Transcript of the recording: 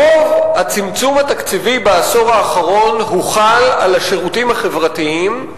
רוב הצמצום התקציבי בעשור האחרון הוחל על השירותים החברתיים,